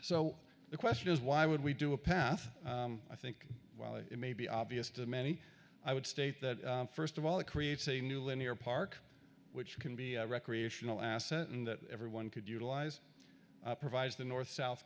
so the question is why would we do a path i think it may be obvious to many i would state that first of all it creates a new linear park which can be a recreational asset and that everyone could utilize provides the north south